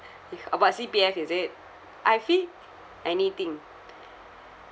about C_P_F is it I think anything